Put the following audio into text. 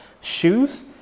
shoes